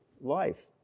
life